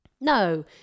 no